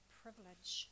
privilege